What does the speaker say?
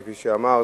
כפי שאמרת,